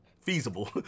feasible